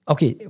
Okay